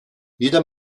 jeder